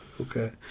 okay